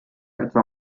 etwa